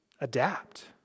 adapt